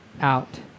out